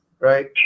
right